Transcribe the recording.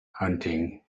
hunting